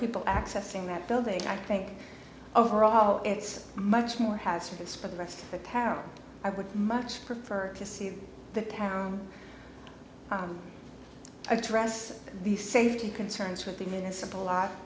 people accessing that building i think overall it's much more hazardous for the rest of the town i would much prefer to see the town address these safety concerns with even a simple